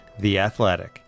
theathletic